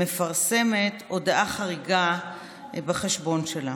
מפרסמת הודעה חריגה בחשבון שלה: